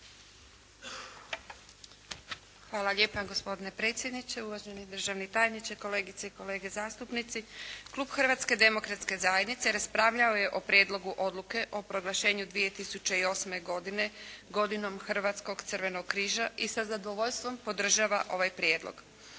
Hvala lijepa gospodine predsjedniče, uvaženi državni tajniče, kolegice i kolege zastupnici. Klub Hrvatske demokratske zajednice raspravljao je o Prijedlogu Odluke o proglašenju 2008. godine godinom Hrvatskog crvenog križa i sa zadovoljstvom podržava ovaj prijedlog.